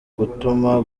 gutuma